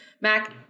Mac